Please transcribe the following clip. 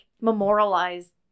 memorialized